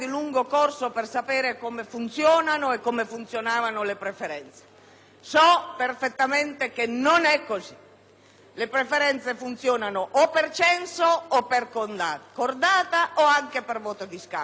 Le preferenze funzionano o per censo o per cordata o anche per voto di scambio, quindi non mi inserisco in questo dibattito. Mi inserisco invece su una questione ben più grave.